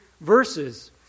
verses